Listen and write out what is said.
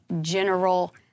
general